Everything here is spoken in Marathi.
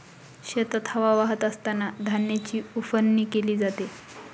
शेतात हवा वाहत असतांना धान्याची उफणणी केली जाते